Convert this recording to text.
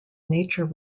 nature